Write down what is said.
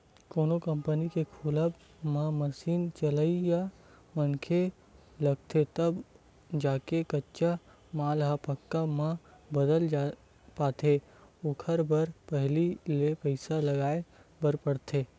कोनो कंपनी के खोलब म मसीन चलइया मनखे लगथे तब जाके कच्चा माल ह पक्का म बदल पाथे ओखर बर पहिली ले पइसा लगाय बर परथे